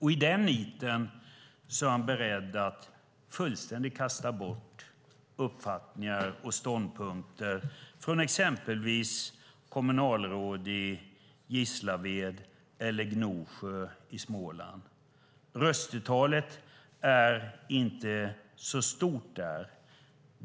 I detta nit är han beredd att fullständigt kasta bort uppfattningar och ståndpunkter från exempelvis kommunalråd i Gislaved eller Gnosjö i Småland. Röstetalet är inte så stort där.